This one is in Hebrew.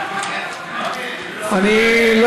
טוב.